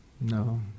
No